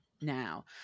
now